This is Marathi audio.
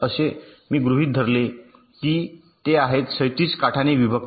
तर मी गृहित धरले की ते आहेत क्षैतिज काठाने विभक्त